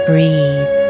Breathe